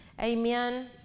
Amen